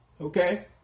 okay